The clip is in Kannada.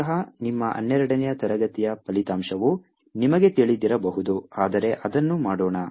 ಬಹುಶಃ ನಿಮ್ಮ ಹನ್ನೆರಡನೇ ತರಗತಿಯ ಫಲಿತಾಂಶವು ನಿಮಗೆ ತಿಳಿದಿರಬಹುದು ಆದರೆ ಅದನ್ನು ಮಾಡೋಣ